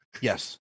yes